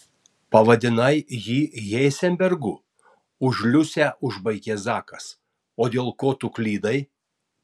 pavadinai jį heizenbergu už liusę užbaigė zakas o dėl ko tu klydai